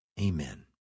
Amen